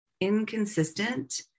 inconsistent